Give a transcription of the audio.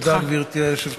תודה, גברתי היושבת-ראש.